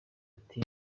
ati